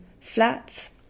flats